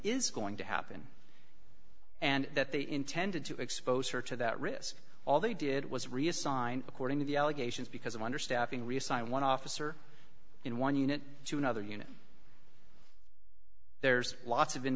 is going to happen and that they intended to expose her to that risk all they did was reassign according to the allegations because of understaffing resign one officer in one unit to another unit there's lots of